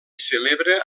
celebra